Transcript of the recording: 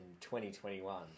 2021